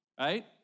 Right